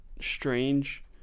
Strange